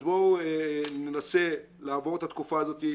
אז בואו ננסה לעבור את התקופה הזאת,